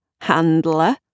handler